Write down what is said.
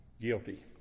guilty